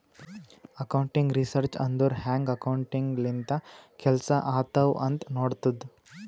accounting research ಅಂದುರ್ ಹ್ಯಾಂಗ್ accounting ಲಿಂತ ಕೆಲ್ಸಾ ಆತ್ತಾವ್ ಅಂತ್ ನೋಡ್ತುದ್